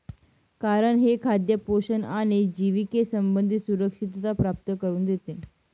कारण हे खाद्य पोषण आणि जिविके संबंधी सुरक्षितता प्राप्त करून देते